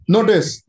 Notice